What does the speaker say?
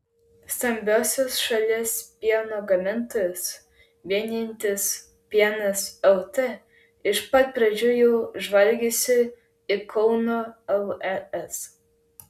stambiuosius šalies pieno gamintojus vienijantis pienas lt iš pat pradžių jau žvalgėsi į kauno lez